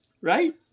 right